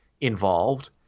involved